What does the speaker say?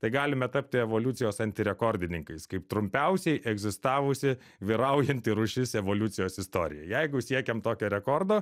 tai galime tapti evoliucijos antirekordininkais kaip trumpiausiai egzistavusi vyraujanti rūšis evoliucijos istorijoje jeigu siekiam tokio rekordo